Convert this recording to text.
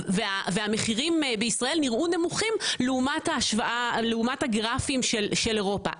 המחירים בישראל נראו נמוכים לעומת הגרפים של אירופה,